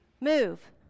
move